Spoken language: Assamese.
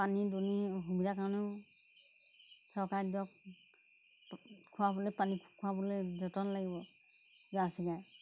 পানী দুনি অসুবিধাৰ কাৰণেও চৰকাৰে দিয়ক খুৱাবলৈ পানী খুৱাবলৈ যতন লাগিব জাৰ্চি গাই